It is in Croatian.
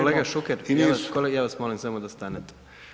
Kolega Šuker, ja vas molim samo da stanete.